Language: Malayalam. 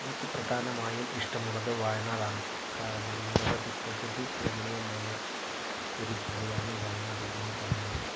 എനിക്ക് പ്രധാനമായും ഇഷ്ടമുള്ളത് വയനാട് ആണ് കാരണം പ്രകൃതി രമണീയമായ ഒരു ജില്ലയാണ് വയനാട് എന്ന് പറയുന്നത്